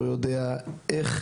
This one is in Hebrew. לא יודע איך,